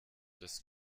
das